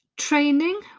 Training